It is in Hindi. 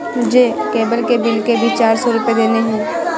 मुझे केबल के बिल के भी चार सौ रुपए देने हैं